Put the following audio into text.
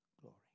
glory